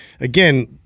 again